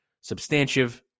substantive